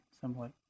somewhat